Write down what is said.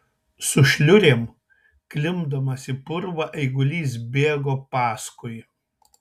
su šliurėm klimpdamas į purvą eigulys bėgo paskui